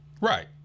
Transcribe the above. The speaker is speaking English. right